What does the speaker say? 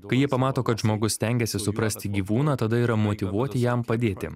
kai jie pamato kad žmogus stengiasi suprasti gyvūną tada yra motyvuoti jam padėti